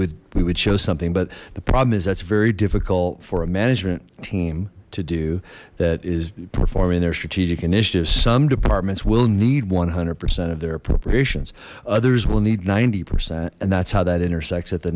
would we would show something but the problem is that's very difficult for a management team to do that is performing their strategic initiatives some departments will need one hundred percent of their appropriations others will need ninety percent and that's how that intersects at the